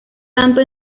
tanto